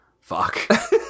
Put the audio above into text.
fuck